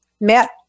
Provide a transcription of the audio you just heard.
Matt